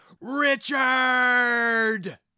Richard